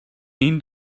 این